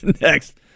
Next